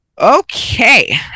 okay